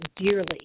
dearly